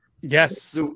yes